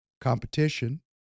competition